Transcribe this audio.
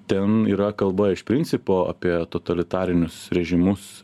ten yra kalba iš principo apie totalitarinius režimus